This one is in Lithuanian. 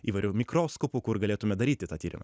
įvairių mikroskopų kur galėtume daryti tą tyrimą